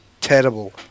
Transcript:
Terrible